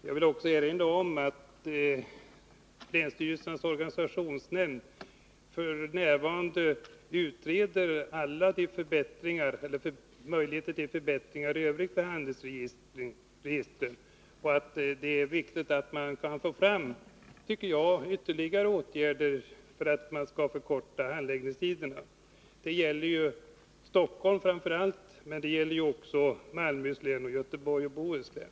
Jag vill också erinra om att länsstyrelsernas organisationsnämnd f.n. utreder alla möjligheter till förbättringar i övrigt på handelsregistren. Det är enligt min mening viktigt att man får fram ytterligare åtgärder för att göra det möjligt att förkorta handläggningstiderna. Detta gäller framför allt Stockholms län men också Malmöhus län och Göteborgs och Bohus län.